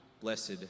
blessed